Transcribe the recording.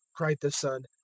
cried the son,